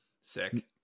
Sick